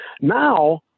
Now